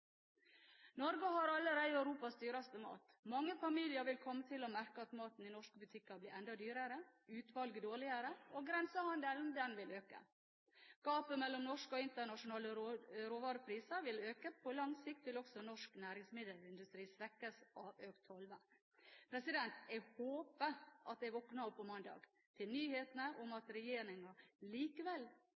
Norge har allerede Europas dyreste mat. Mange familier vil komme til å merke at maten i norske butikker blir enda dyrere og utvalget dårligere. Grensehandelen vil øke. Gapet mellom norske og internasjonale råvarepriser vil øke. På lang sikt vil også norsk næringsmiddelindustri svekkes av økt tollvern. Jeg håper at jeg våkner opp på mandag til nyheten om at regjeringen likevel